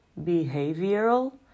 behavioral